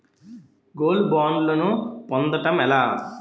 Gold బ్యాండ్లను పొందటం ఎలా?